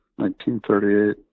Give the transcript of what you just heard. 1938